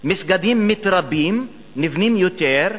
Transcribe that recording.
מסגדים מתרבים, נבנים יותר,